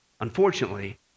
unfortunately